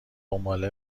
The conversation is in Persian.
دنباله